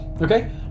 okay